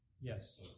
Yes